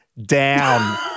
down